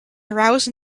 arouse